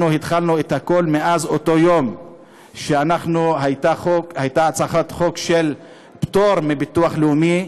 אנחנו התחלנו את הכול באותו יום שהייתה הצעת חוק של פטור מביטוח לאומי,